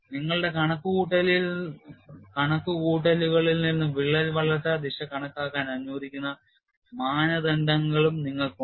നിങ്ങളുടെ കണക്കുകൂട്ടലുകളിൽ നിന്ന് വിള്ളൽ വളർച്ചാ ദിശ കണക്കാക്കാൻ അനുവദിക്കുന്ന മാനദണ്ഡങ്ങളും നിങ്ങൾക്കുണ്ട്